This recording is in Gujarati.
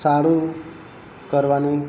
સારું કરવાનું